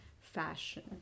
fashion